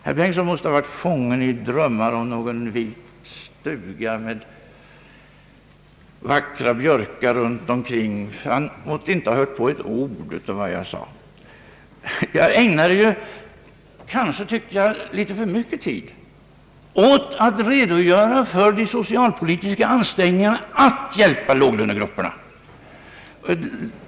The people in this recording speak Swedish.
Herr Bengtson måste ha varit fången i drömmar om en röd stuga med vackra vita björkar runt omkring. Han måtte inte ha hört på ett ord av vad jag sade. Jag tyckte att jag kanske ägnade litet för mycket tid åt att redogöra för de socialpolitiska ansträngningarna att hjälpa låglönegrupperna.